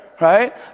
right